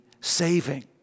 saving